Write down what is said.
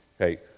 okay